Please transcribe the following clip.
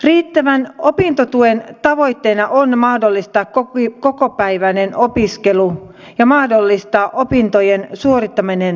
riittävän opintotuen tavoitteena on mahdollistaa kokopäiväinen opiskelu ja mahdollistaa opintojen suorittaminen tavoiteajassa